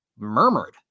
Murmured